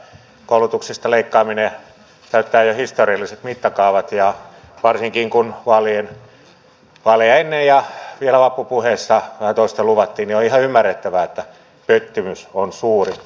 koulutuksesta leikkaaminen täyttää jo historialliset mittakaavat ja varsinkin kun vaaleja ennen ja vielä vappupuheissa toista luvattiin on ihan ymmärrettävää että pettymys on suuri